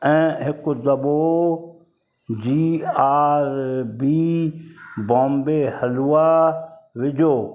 ऐं हिकु दॿो जी आर बी बॉम्बे हलुआ विझो